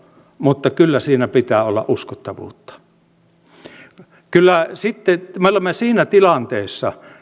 mutta kyllä siinä pitää olla uskottavuutta me olemme siinä tilanteessa